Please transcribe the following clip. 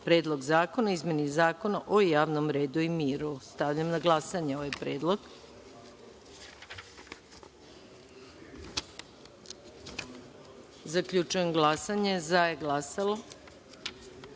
Predlog zakona o izmeni Zakona o javnom redu i miru. Stavljam na glasanje ovaj predlog. Zaključujem glasanje i saopštavam: